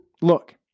Look